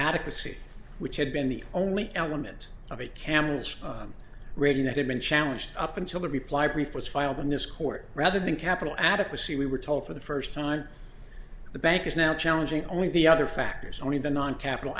adequacy which had been the only element of a campus reading that had been challenged up until the reply brief was filed in this court rather than capital adequacy we were told for the first time the bank is now challenging only the other factors only the nine capital